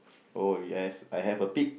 oh yes I have a pitch